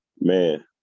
Man